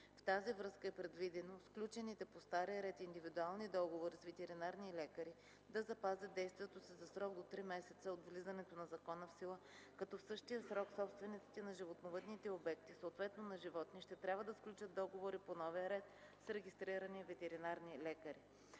В тази връзка е предвидено сключените по стария ред индивидуални договори с ветеринарни лекари да запазят действието си за срок до 3 месеца от влизането на закона в сила, като в същия срок собствениците на животновъдните обекти, съответно на животни, ще трябва да сключат договори по новия ред с регистрирани ветеринарни лекари.